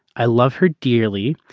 i love her dearly.